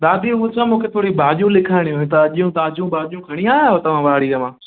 दादी हू छा मूंखे थोरी भाॼियूं लिखाइणी हुयूं ताज़ियूं ताज़ियूं भाॼियूं खणी आया आहियो तव्हां वाड़ीअ मां